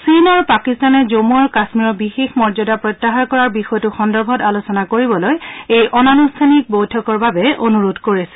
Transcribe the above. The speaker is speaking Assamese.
চীন আৰু পাকিস্তানে জম্ম আৰু কাম্মীৰৰ বিশেষ মৰ্যাদা প্ৰত্যাহাৰ কৰাৰ বিষয়টো সন্দৰ্ভত আলোচনা কৰিবলৈ এই অনানুষ্ঠানিক বৈঠকৰ বাবে অনুৰোধ কৰিছিল